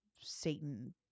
Satan